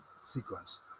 sequence